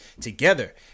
together